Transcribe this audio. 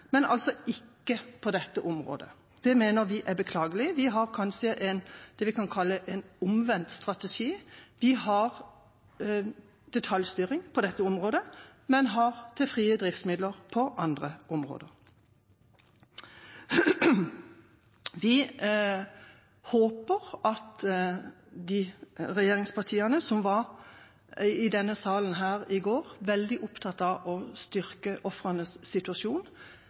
men altså ikke på dette området. Det mener vi er beklagelig. Vi har kanskje det vi kan kalle en omvendt strategi. Vi har detaljstyring på dette området, men har til frie driftsmidler på andre områder. Vi håper at regjeringspartiene som i denne sal i går var veldig opptatt av å styrke ofrenes situasjon,